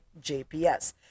JPS